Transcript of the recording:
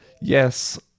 Yes